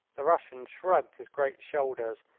the russian shrugged his great shoulders,